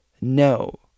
No